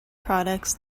products